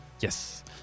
Yes